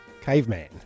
Caveman